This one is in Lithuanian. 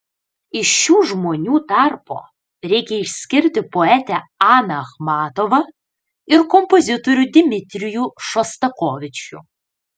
iš šių žmonių tarpo reikia išskirti poetę aną achmatovą ir kompozitorių dmitrijų šostakovičių